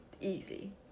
easy